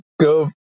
go